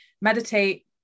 meditate